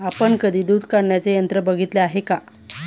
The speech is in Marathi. आपण कधी दूध काढण्याचे यंत्र बघितले आहे का?